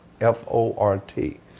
f-o-r-t